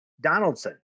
Donaldson